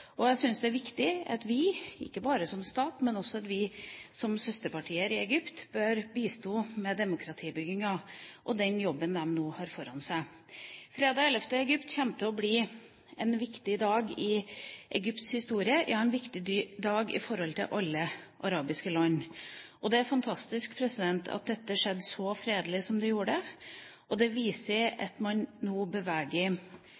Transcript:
gått. Jeg synes det er viktig at vi, ikke bare som stat, men også vi som har søsterpartier i Egypt, bør bistå i demokratibyggingen og den jobben de nå har foran seg. Fredag 11. februar kommer til å bli en viktig dag i Egypts historie – en viktig dag for alle arabiske land. Det er fantastisk at dette skjedde så fredelig som det gjorde. Det viser